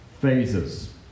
phases